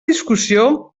discussió